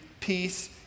peace